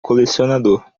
colecionador